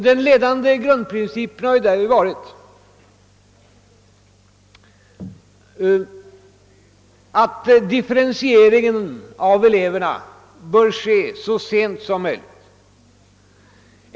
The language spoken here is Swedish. Den ledande grundprincipen har därvid varit att differentieringen av eleverna bör äga rum så sent som möjligt.